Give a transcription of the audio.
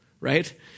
right